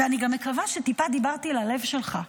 אני גם מקווה שטיפה דיברתי ללב שלך,